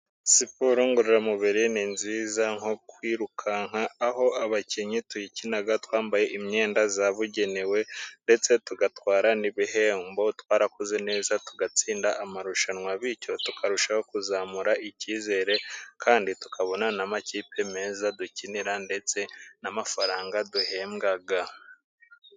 Siporo ngororamubiri ni nziza nko kwirukanka aho abakinnyi tuyikina twambaye imyenda yabugenewe, ndetse tugatwara n'ibihembo twarakoze neza tugatsinda amarushanwa bityo tukarushaho kuzamura icyizere, kandi tukabona n'amakipe meza dukinira ndetse n'amafaranga duhembwa .